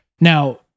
now